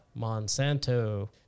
Monsanto